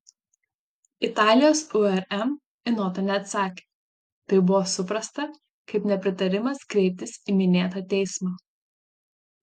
italijos urm į notą neatsakė tai buvo suprasta kaip nepritarimas kreiptis į minėtą teismą